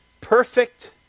perfect